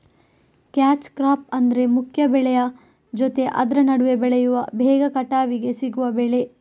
catch crop ಅಂದ್ರೆ ಮುಖ್ಯ ಬೆಳೆಯ ಜೊತೆ ಆದ್ರ ನಡುವೆ ಬೆಳೆಯುವ ಬೇಗ ಕಟಾವಿಗೆ ಸಿಗುವ ಬೆಳೆ